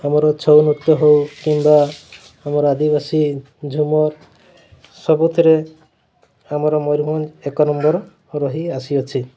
ଆମର ଛଉ ନୃତ୍ୟ ହଉ କିମ୍ବା ଆମର ଆଦିବାସୀ ଝୁମର୍ ସବୁଥିରେ ଆମର ମୟୂରଭଞ୍ଜ ଏକ ନମ୍ବର୍ ରହି ଆସିଅଛି